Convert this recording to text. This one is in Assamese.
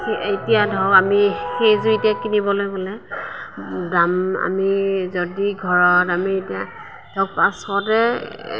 এতিয়া ধৰক আমি সেইযোৰ এতিয়া কিনিবলৈ হ'লে দাম আমি যদি ঘৰত আমি এতিয়া ধৰক পাঁচশতে